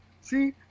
See